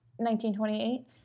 1928